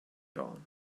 dawn